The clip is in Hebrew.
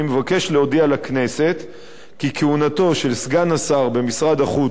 אני מבקש להודיע לכנסת כי כהונתו של סגן השר במשרד החוץ,